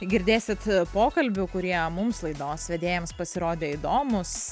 girdėsit pokalbių kurie mums laidos vedėjams pasirodė įdomūs